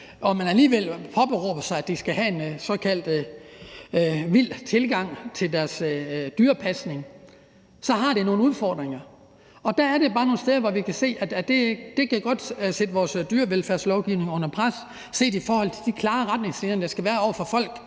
og man alligevel påberåber sig, at der skal være en såkaldt vild tilgang til dyrepasningen, så giver det nogle udfordringer. Og der er der bare nogle steder, hvor vi kan se, at det godt kan sætte vores dyrevelfærdslovgivning under pres, set i forhold til de klare retningslinjer, der skal være over for folk,